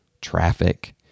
traffic